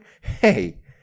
Hey